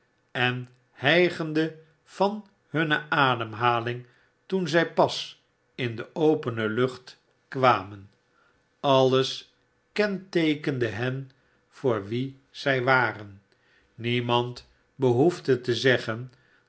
en hijgende van hunne ademhaling toen zij pas in de opene lucht kwamen alles kenteekende hen voor wie zij waren niemand behoefde te zeggen